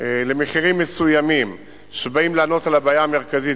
למחירים מסוימים שבאים לענות על הבעיה המרכזית,